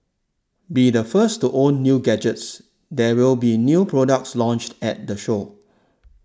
be the first to own new gadgets there will be new products launched at the show